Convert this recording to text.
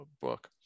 book